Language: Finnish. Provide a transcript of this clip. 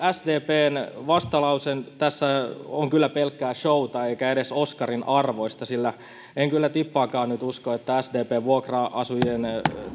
sdpn vastalause tässä on kyllä pelkkää showta eikä edes oscarin arvoista sillä en kyllä tippaakaan nyt usko että sdp vuokra asujien